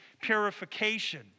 purification